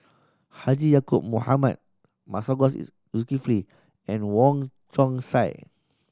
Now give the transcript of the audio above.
Haji Ya'acob Mohamed Masagos Zulkifli and Wong Chong Sai